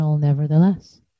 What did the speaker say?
nevertheless